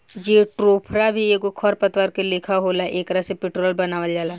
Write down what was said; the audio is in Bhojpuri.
जेट्रोफा भी एगो खर पतवार के लेखा होला एकरा से पेट्रोल बनावल जाला